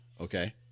Okay